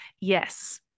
Yes